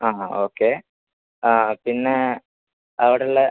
ആ ആ ഓക്കെ ആ പിന്നെ അവിടെ ഉള്ള